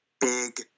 big